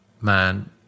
man